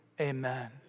amen